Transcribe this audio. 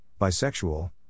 bisexual